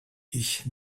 ich